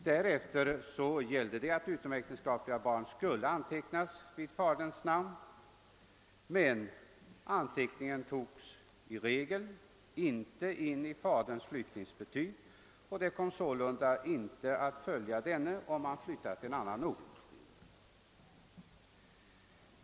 Därefter gällde att utomäktenskapliga barn skulle antecknas vid faderns namn men anteckningen togs i regel inte in i faderns flyttningsbetyg, och det kom sålunda inte att följa denne om han flyttade till annan ort.